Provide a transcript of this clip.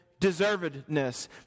deservedness